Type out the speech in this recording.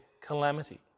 calamity